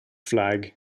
flag